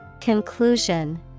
Conclusion